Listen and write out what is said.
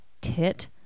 tit